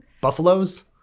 buffaloes